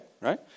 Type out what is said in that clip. right